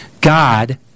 God